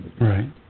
Right